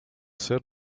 ser